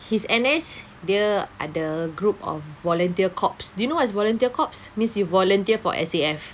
his N_S dia ada group of volunteer corps do you know what is volunteer corps means you volunteer for S_A_F